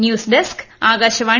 news desk Akashvani